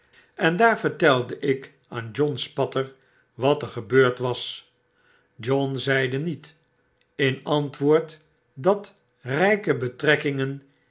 en daar vertelde ik aan john spatter wat er gebeurd was john zeide niet in antwoord dat rijke betrekkingen